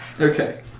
Okay